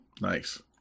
Nice